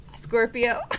Scorpio